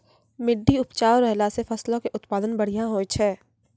मट्टी उपजाऊ रहला से फसलो के उत्पादन बढ़िया होय छै